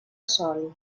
sol